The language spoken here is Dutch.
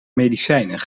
medicijnen